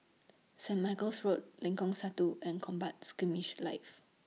St Michael's Road Lengkong Satu and Combat Skirmish Live